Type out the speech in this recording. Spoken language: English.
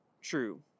true